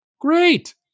Great